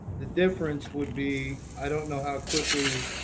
the difference would be i don't know how quickly